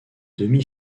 demi